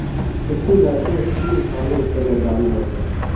कृषि लाइसेंस तीन सालेर त न जारी ह छेक